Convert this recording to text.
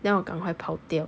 then 我赶快跑掉